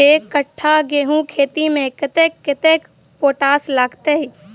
एक कट्ठा गेंहूँ खेती मे कतेक कतेक पोटाश लागतै?